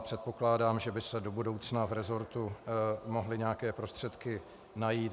Předpokládám, že by se do budoucna v resortu mohly nějaké prostředky najít.